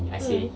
mm